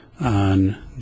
On